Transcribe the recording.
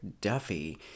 Duffy